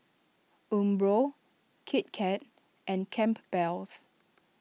Umbro Kit Kat and Campbell's